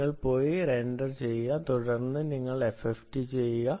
നിങ്ങൾ റെൻഡർ ചെയ്യുക തുടർന്ന് നിങ്ങൾ FFT ചെയ്യുക